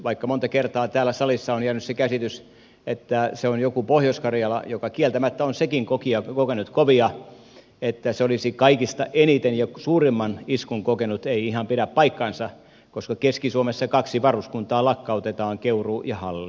vaikka monta kertaa täällä salissa on jäänyt se käsitys että se on joku pohjois karjala joka kieltämättä on sekin kokenut kovia joka olisi kaikista eniten ja suurimman iskun kokenut se ei ihan pidä paikkansa koska keski suomessa kaksi varuskuntaa lakkautetaan keuruu ja halli